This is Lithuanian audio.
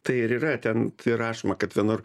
tai ir yra ten t rašoma kad vienur